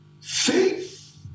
faith